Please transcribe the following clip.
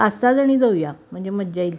पाच सहा जणी जाऊया म्हणजे मजा येईल